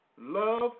love